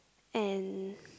and